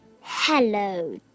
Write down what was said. Hello